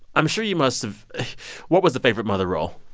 i'm sure you must have what was the favorite mother role?